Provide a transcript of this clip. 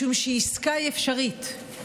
משום שעסקה היא אפשרית.